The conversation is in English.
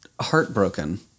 heartbroken